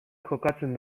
jokatzen